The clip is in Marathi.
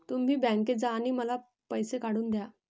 तुम्ही बँकेत जा आणि मला पैसे काढून दया